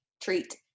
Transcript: treat